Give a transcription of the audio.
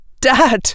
Dad